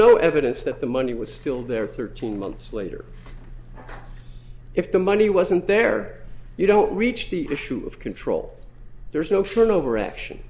no evidence that the money was still there thirteen months later if the money wasn't there you don't reach the issue of control there's no for an overreaction